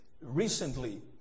recently